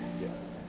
yes